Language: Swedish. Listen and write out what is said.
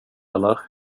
eller